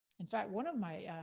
in fact one of my,